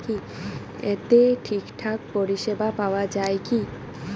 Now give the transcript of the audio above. এতে ঠিকঠাক পরিষেবা পাওয়া য়ায় কি?